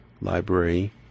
Library